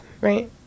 right